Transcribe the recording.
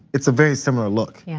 it's a very similar look. yeah